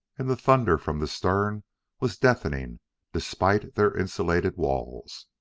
and the thunder from the stern was deafening despite their insulated walls.